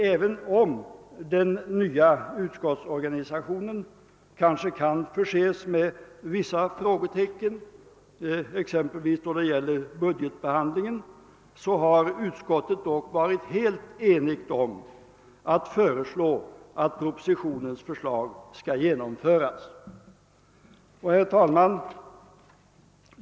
Även om propositionsförslaget till ny utskottsorganisation kanske kan förses med vissa frågetecken, exempelvis då det gäller budgetbehandlingen, har utskottet dock varit helt enigt om att förslaget bör genomföras. Herr talman!